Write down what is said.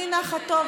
אני נחה טוב.